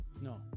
No